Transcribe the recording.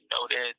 noted